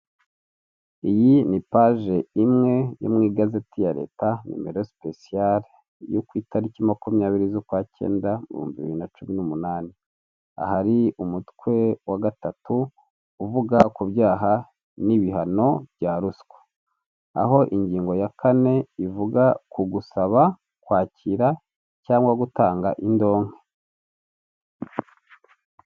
Iyi ni paje imwe yo mu igazeti ya leta nomero speciale yo ku itariki makumyabiri z'ukwacyedah mu bihumbi bibiri na cumi n'umunani ,hari umutwe wa gatatu uvuga ku byaha n'ibihano bya ruswa aho ingingo ya kane ivuga ku gusaba ,kwakira cyangwa gutanga indonke.